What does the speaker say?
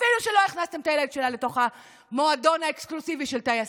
אפילו שלא הכנסתם את הילד שלה לתוך המועדון האקסקלוסיבי של הטייסים,